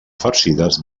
farcides